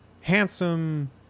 handsome